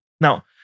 Now